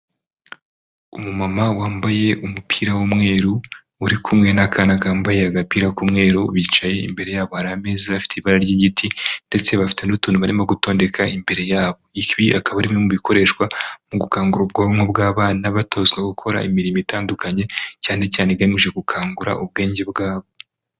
Umumama wambaye umupira w'umweru, uri kumwe n'akana kambaye agapira k'umweru bicaye imbere ya bo hari ameza afite ibara ry'igiti ndetse bafite n'utuntu barimo gutondeka imbere yabo. Ibi akaba ari bimwe mu bikoreshwa mu gukangura ubwonko bw'abana batozwa gukora imirimo itandukanye cyane cyane igamije gukangura ubwenge bwa bo.